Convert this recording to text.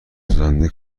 سازنده